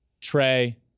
Trey